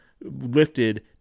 lifted